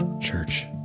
church